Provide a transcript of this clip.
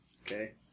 Okay